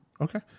Okay